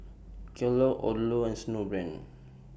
Kellogg's Odlo and Snowbrand